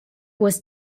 was